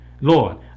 Lord